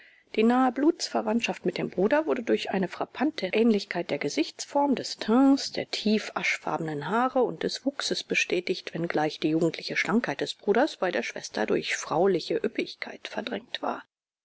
die nahe blutsverwandtschaft mit dem bruder wurde durch eine frappante ähnlichkeit der gesichtsform des teints der tief aschfarbenen haare und des wuchses bestätigt wenngleich die jugendliche schlankheit des bruders bei der schwester durch frauliche üppigkeit verdrängt war